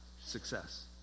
Success